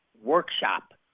workshop